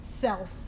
self